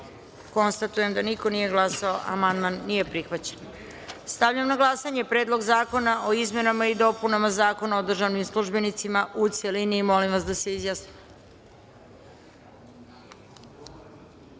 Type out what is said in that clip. konstatujem da niko nije glasao. Amandman nije prihvaćen. Stavljam na glasanje Predlog zakona o izmenama i dopunama Zakona o državnim službenicima, u celini. Molim vas da se